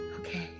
Okay